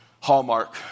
Hallmark